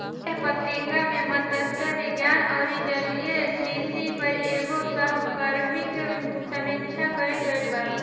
एह पत्रिका में मतस्य विज्ञान अउरी जलीय कृषि पर एगो सहकर्मी समीक्षा कईल गईल बा